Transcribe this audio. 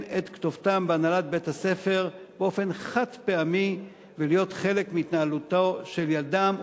את כתובתם בהנהלת בית הספר באופן חד-פעמי ולהיות חלק מהתנהלותו של ילדם,